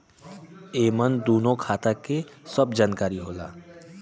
एमन दूनो खाता के सब जानकारी होला